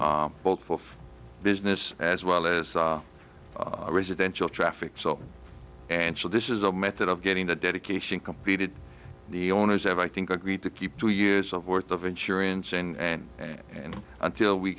both for business as well as a residential traffic so and so this is a method of getting the dedication completed the owners have i think agreed to keep two years of worth of insurance and and until we